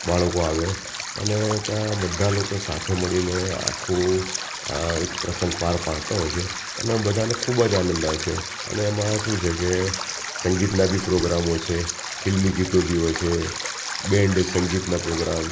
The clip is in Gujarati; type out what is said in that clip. બાળકો આવે અને ત્યાં બધા લોકો સાથે મળીને આખું એક પ્રસંગ પાર પાડતા હોય છે અને બધાને ખૂબ જ આનંદ આવે છે અને એમાં શું છે કે સંગીતના બી પ્રોગ્રામ હોય છે ફિલ્મી ગીતો બી હોય છે બેન્ડ સંગીતના પ્રોગ્રામ